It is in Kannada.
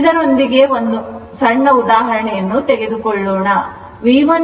ಇದರೊಂದಿಗೆ ಒಂದು ಸಣ್ಣ ಉದಾಹರಣೆಯನ್ನು ತೆಗೆದುಕೊಳ್ಳೋಣ